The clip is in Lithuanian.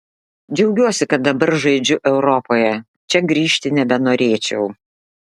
džiaugiuosi kad dabar žaidžiu europoje čia grįžti nebenorėčiau